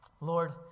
Lord